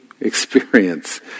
experience